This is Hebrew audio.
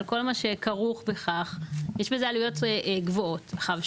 על כל מה שכרוך בכך הן גבוהות לשחקנים